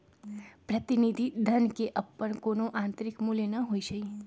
प्रतिनिधि धन के अप्पन कोनो आंतरिक मूल्य न होई छई